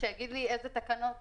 אז שיגיד לי איזה תקנות